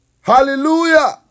Hallelujah